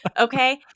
Okay